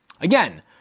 Again